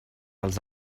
als